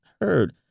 heard